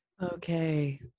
Okay